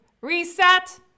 reset